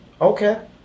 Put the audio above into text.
Okay